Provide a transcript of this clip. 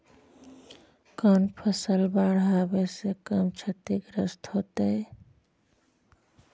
कौन फसल बाढ़ आवे से कम छतिग्रस्त होतइ?